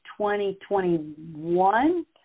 2021